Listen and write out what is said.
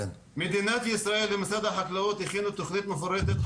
מדינת ישראל ומשרד החקלאות הכינו תכנית מפורטת,